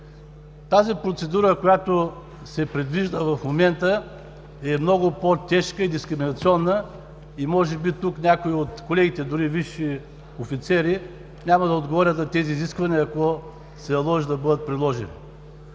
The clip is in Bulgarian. Тази процедура, която се предвижда в момента, е много по-тежка и дискриминационна и може би тук някой от колегите, дори висши офицери, няма да отговорят на тези изисквания, ако се наложи да бъдат приложени.